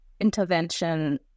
intervention